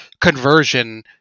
conversion